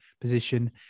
position